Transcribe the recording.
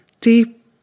Deep